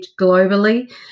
globally